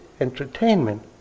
entertainment